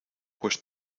pues